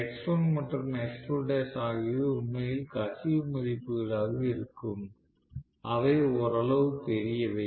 X1 மற்றும் X2l ஆகியவை உண்மையில் கசிவு மதிப்புகளாக இருக்கும் அவை ஓரளவு பெரியவை